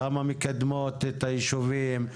כמה מקדמות את הישובים,